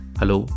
Hello